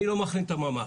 אני לא מחרים את הממ"ח,